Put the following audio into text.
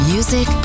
Music